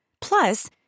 Plus